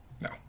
No